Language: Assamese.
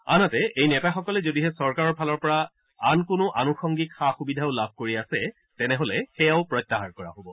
আনহাতে এই নেতাসকলে যদিহে চৰকাৰৰ ফালৰ পৰা আন কোনো আন্সংগিক সা সুবিধাও লাভ কৰি আছে তেনেহলে সেয়াও প্ৰত্যাহাৰ কৰা হব